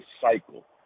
cycle